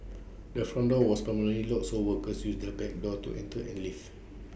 the front door was permanently locked so workers used the back door to enter and leave